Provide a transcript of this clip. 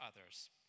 others